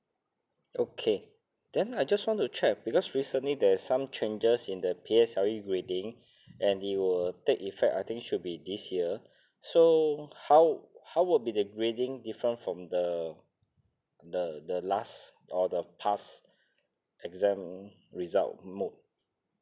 okay then I just want to check because recently there's some changes in that P_S_L_E grading and it will take effect I think should be this year so how how would be the grading different from the the the last or the past exam result mode